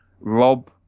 rob